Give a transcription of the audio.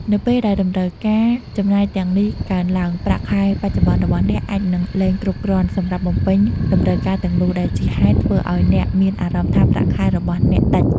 នៅពេលដែលតម្រូវការចំណាយទាំងនេះកើនឡើង ប្រាក់ខែបច្ចុប្បន្នរបស់អ្នកអាចនឹង លែងគ្រប់គ្រាន់ សម្រាប់បំពេញតម្រូវការទាំងនោះ ដែលជាហេតុធ្វើឲ្យអ្នកមានអារម្មណ៍ថាប្រាក់ខែរបស់អ្នក តិច។